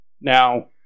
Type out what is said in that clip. Now